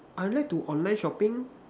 I like to online shopping lor